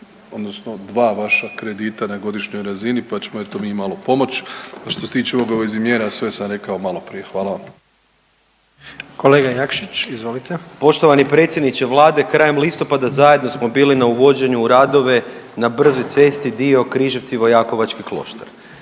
odnosno dva vaša kredita na godišnjoj razini, pa ćemo eto mi malo pomoći. Što se tiče o obavezi mjera sve sam rekao malo prije. Hvala vam. **Jandroković, Gordan (HDZ)** Kolega Jakšić, izvolite. **Jakšić, Mišel (SDP)** Poštovani predsjedniče Vlade, krajem listopada zajedno smo bili na uvođenju radove na brzoj cesti dio Križevci – Vojakovački Kloštar.